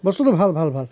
বস্তুটো ভাল ভাল ভাল